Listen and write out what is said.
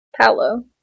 Paolo